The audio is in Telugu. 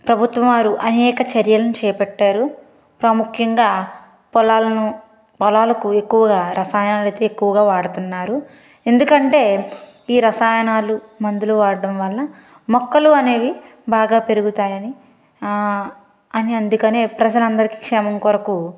ప్రభుత్వం వారు అనేక చర్యలను చేపట్టారు ప్రాముఖ్యంగా పొలాలను పొలాలకు ఎక్కువగా రసాయనాలు అయితే ఎక్కువగా వాడుతున్నారు ఎందుకంటే ఈ రసాయనాలు మందులు వాడడం వల్ల మొక్కలు అనేవి బాగా పెరుగుతాయని అని అందుకని ప్రజల అందరి క్షేమం కొరకు